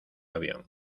avión